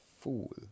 fool